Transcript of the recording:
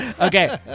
Okay